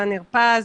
רן הרפז,